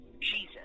Jesus